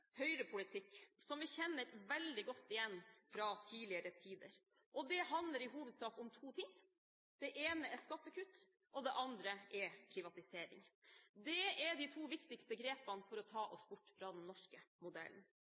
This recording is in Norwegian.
høyrepolitikk som vi kjenner veldig godt igjen fra tidligere tider, og det handler i hovedsak om to ting: Det ene er skattekutt, og det andre er privatisering. Det er de to viktigste grepene for å ta oss bort fra den norske modellen.